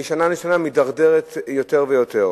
משנה לשנה מידרדר יותר ויותר.